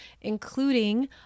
including